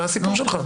מה הסיפור שלך?